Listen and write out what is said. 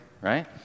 Right